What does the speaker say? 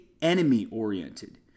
enemy-oriented